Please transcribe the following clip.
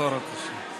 תעצור את השעון.